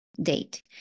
date